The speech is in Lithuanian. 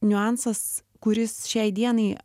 niuansas kuris šiai dienai